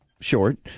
short